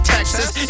Texas